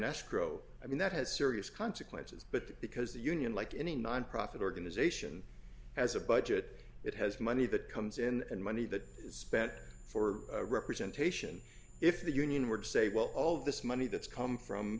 escrow i mean that has serious consequences but because the union like any nonprofit organization has a budget it has money that comes in and money that is spent for representation if the union were to say well all this money that's come from